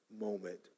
moment